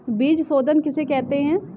बीज शोधन किसे कहते हैं?